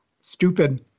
stupid